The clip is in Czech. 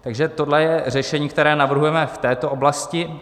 Takže tohle je řešení, které navrhujeme v této oblasti.